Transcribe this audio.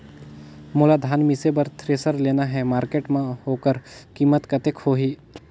मोला धान मिसे बर थ्रेसर लेना हे मार्केट मां होकर कीमत कतेक होही?